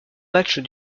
matchs